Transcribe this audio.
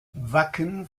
wacken